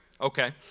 Okay